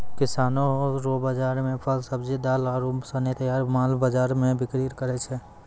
किसानो रो बाजार मे फल, सब्जी, दाल आरू सनी तैयार माल बाजार मे बिक्री करै छै